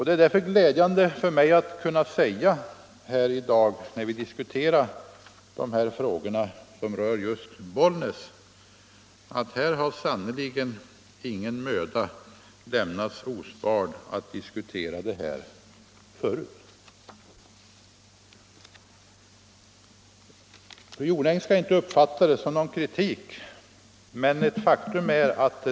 Det är därför glädjande för mig att när vi nu talar om dessa frågor som rör just Bollnäs kunna säga att sannerligen ingen möda förut har sparats för att diskutera detta.